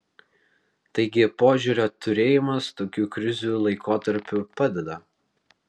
taigi požiūrio turėjimas tokių krizių laikotarpiu padeda